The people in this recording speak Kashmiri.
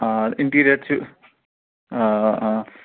آ اِنٹیٖرِیر تہِ چھُ آ